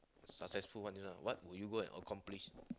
successful one this one what will you go and accomplish